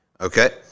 okay